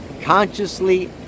consciously